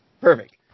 perfect